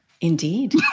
Indeed